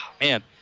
man